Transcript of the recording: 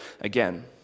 again